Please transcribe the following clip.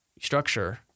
structure